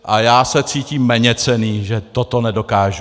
A já se cítím méněcenný, že toto nedokážu.